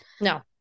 No